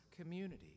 community